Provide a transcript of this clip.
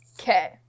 Okay